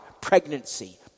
pregnancy